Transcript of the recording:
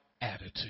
attitude